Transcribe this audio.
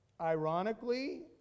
ironically